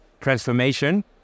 transformation